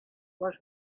was